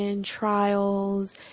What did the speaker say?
trials